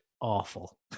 awful